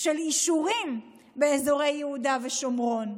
של אישורים באזורי יהודה ושומרון.